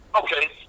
okay